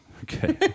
Okay